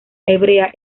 hebrea